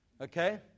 Okay